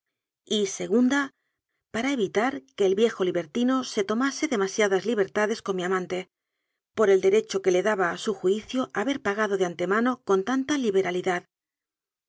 y segunda para evitar que el viejo liber tino se tomase demasiadas libertades con mi aman te por el derecho que le daba a su juicio haber pagado de antemano con tanta liberalidad